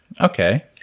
Okay